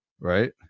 right